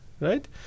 right